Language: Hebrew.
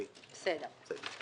בסדר.